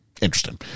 Interesting